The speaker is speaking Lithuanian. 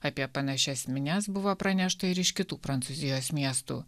apie panašias minias buvo pranešta ir iš kitų prancūzijos miestų